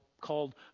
called